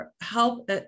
help